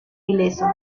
ileso